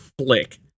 flick